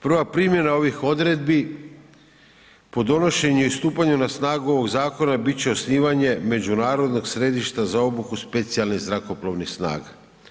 Prva primjena ovih odredbi po donošenju i stupanju na snagu ovog zakona bit će osnivanje međunarodnog središta za obuku specijalnih zrakoplovnih snaga.